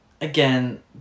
Again